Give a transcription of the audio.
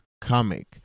comic